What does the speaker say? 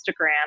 Instagram